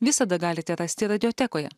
visada galite rasti radiotekoje